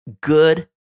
good